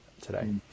today